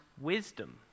Wisdom